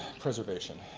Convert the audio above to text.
preservation.